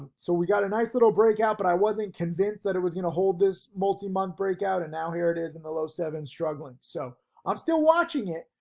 so we got a nice little breakout, but i wasn't convinced that it was gonna hold this multi-month breakout and now here it is in the low seven struggling. so i'm still watching it,